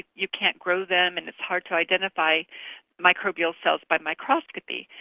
you can't grow them and it's hard to identify microbial cells by microscopy.